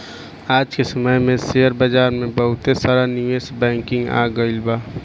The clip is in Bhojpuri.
आज के समय में शेयर बाजार में बहुते सारा निवेश बैंकिंग आ गइल बा